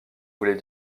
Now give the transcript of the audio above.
voulait